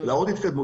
ולהראות התקדמות